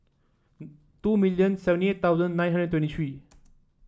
two million seventy eight thousand nine hundred twenty three